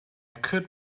could